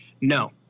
no